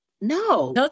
no